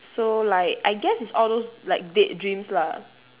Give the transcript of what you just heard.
so like I guess it's all those like vague dreams lah